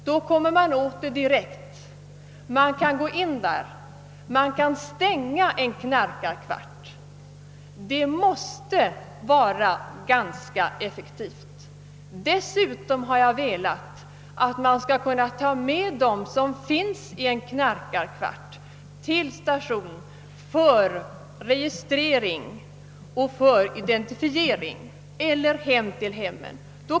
Då kan man komma åt den direkt. Man kan då gå in och stänga kvarten, och det mäste vara ganska effektivt. Dessutom har jag velat att man skall kunna ta med dem som finns i en knarkarkvart till polisstationen för identifiering och registrering eller föra dem till hemmet.